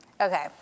Okay